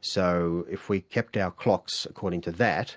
so if we kept our clocks according to that